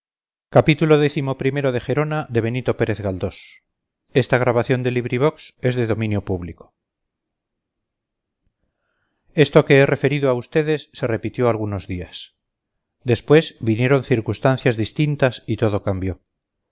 entristeciera esto que he referido a ustedes se repitió algunos días después vinieron circunstancias distintas y todo cambió